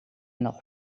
nog